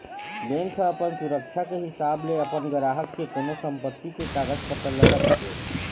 bank ह अपन सुरक्छा के हिसाब ले अपन गराहक के कोनो संपत्ति के कागज पतर ल रखथे